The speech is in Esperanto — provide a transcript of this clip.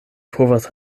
povas